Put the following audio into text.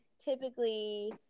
typically